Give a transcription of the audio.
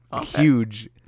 huge